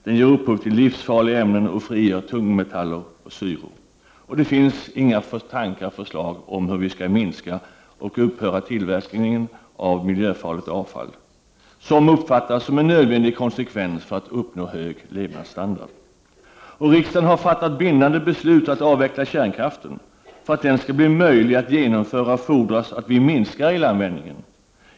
Den ger upphov till livsfarliga ämnen och frigör tungmetaller och syror. Och det finns inga tankar och förslag om hur vi skall minska och upphöra med tillverkningen av miljöfarligt avfall, som uppfattas som en nödvändig konsekvens för att uppnå en hög levnadsstandard. Och riksdagen har fattat bindande beslut att avveckla kärnkraften. För att det skall bli möjligt att genomföra fordras att vi minskar elanvändningen.